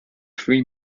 three